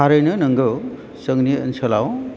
थारैनो नंगौ जोंनि ओनसोलआव